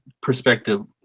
perspective